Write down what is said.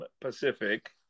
Pacific